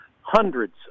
hundreds